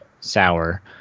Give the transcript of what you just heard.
Sour